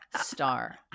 star